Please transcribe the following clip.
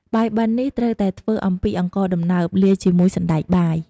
បាយបិណ្ឌនេះត្រូវតែធ្វើអំពីអង្ករដំណើប លាយជាមួយសណ្ដែកបាយ។